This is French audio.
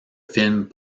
films